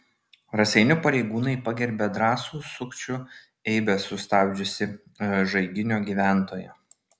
raseinių pareigūnai pagerbė drąsų sukčių eibes sustabdžiusį žaiginio gyventoją